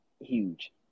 huge